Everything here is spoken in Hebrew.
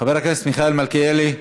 חבר הכנסת מיכאל מלכיאלי,